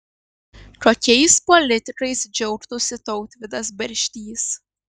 kokiais politikais džiaugtųsi tautvydas barštys